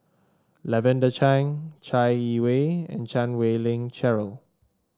Lavender Chang Chai Yee Wei and Chan Wei Ling Cheryl